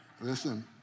Listen